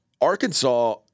Arkansas